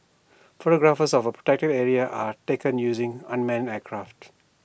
photographs of A protected area are taken using unmanned aircraft